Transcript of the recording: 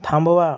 थांबवा